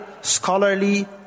scholarly